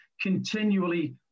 continually